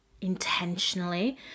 intentionally